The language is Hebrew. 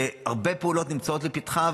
שהרבה פעולות נמצאות לפתחה,